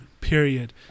period